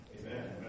Amen